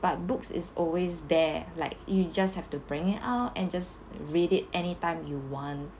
but books is always there like you just have to bring it out and just read it anytime you want